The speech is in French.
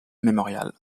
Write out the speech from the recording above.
memorial